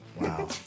Wow